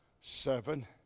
seven